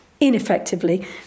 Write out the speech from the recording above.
Ineffectively